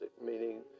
meaning